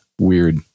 weird